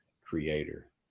Creator